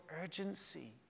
urgency